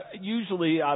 usually